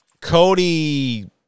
Cody